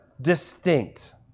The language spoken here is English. distinct